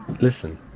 Listen